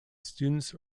students